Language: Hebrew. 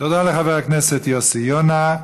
תודה לחבר הכנסת יוסי יונה.